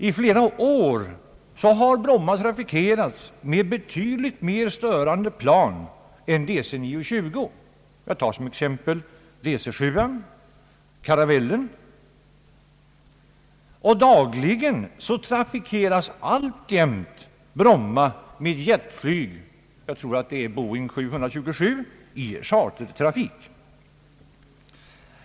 I flera år har Bromma trafikerats med betydligt mer störande plan än DC 9-20, t.ex. DC 7:an och Caravellen och dagligen — jag tror att det är med Boeing 727 — trafikeras alltjämt Bromma med jetflyg i chartertrafik.